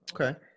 Okay